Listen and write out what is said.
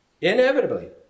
inevitably